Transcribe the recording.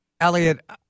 Elliot